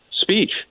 speech